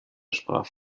sprach